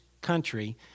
country